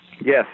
Yes